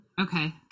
Okay